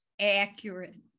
accurate